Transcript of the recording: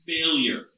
failure